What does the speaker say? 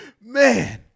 Man